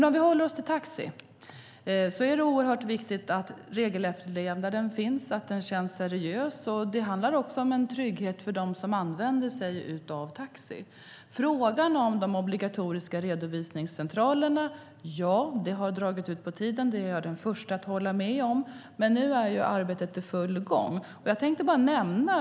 Om vi håller oss till taxi är det oerhört viktigt att regelefterlevnaden finns och att den känns seriös. Det handlar också om trygghet för de som använder sig av taxi. Jag är den första att hålla med om att de obligatoriska redovisningscentralerna har dragit ut på tiden. Men nu är arbetet i full gång.